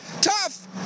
Tough